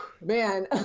man